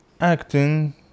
Acting